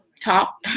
talk